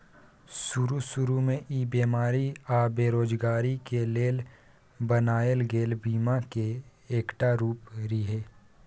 शरू शुरू में ई बेमारी आ बेरोजगारी के लेल बनायल गेल बीमा के एकटा रूप रिहे